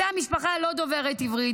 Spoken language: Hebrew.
אותה משפחה לא דוברת עברית,